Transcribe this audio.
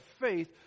faith